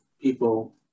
people